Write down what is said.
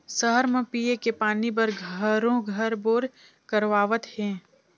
सहर म पिये के पानी बर घरों घर बोर करवावत हें